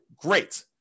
great